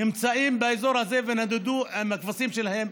נמצאים באזור הזה ונדדו עם הכבשים שלהם.